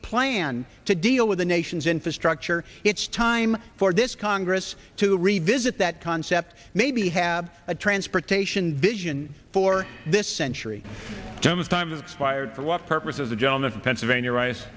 plan to deal with the nation's infrastructure it's time for this congress to revisit that concept maybe have a transportation vision for this century chemist time fired for what purpose of the john the pennsylvania ri